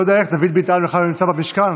דוד ביטן בכלל לא נמצא במשכן,